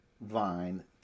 vine